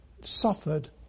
suffered